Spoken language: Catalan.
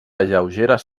lleugeres